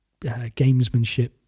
gamesmanship